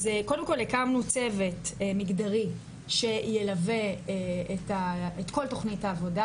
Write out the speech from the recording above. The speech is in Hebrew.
אז קודם כל הקמנו צוות מגדרי שילווה את כל תכנית העבודה